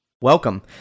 Welcome